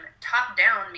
top-down